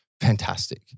Fantastic